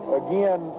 again